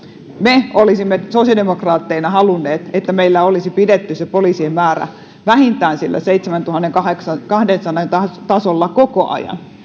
me olisimme sosiaalidemokraatteina halunneet että meillä olisi pidetty se poliisien määrä vähintään sillä seitsemäntuhannenkahdensadan tasolla koko ajan